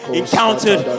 encountered